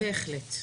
בהחלט.